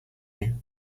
you